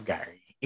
Gary